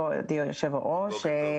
כבוד היושב-ראש,